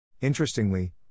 Interestingly